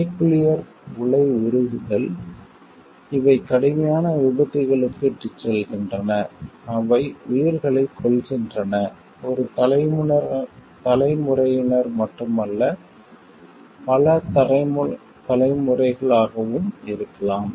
nuclear உலை உருகுதல் இவை கடுமையான விபத்துக்களுக்கு இட்டுச் செல்கின்றன அவை உயிர்களைக் கொல்கின்றன ஒரு தலைமுறையினர் மட்டுமல்ல பல தலைமுறைகளாகவும் இருக்கலாம்